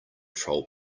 troll